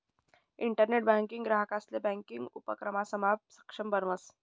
internet banking ग्राहकंसले banking उपक्रमसमा सक्षम बनावस